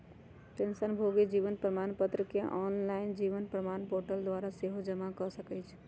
पेंशनभोगी जीवन प्रमाण पत्र के ऑनलाइन जीवन प्रमाण पोर्टल द्वारा सेहो जमा कऽ सकै छइ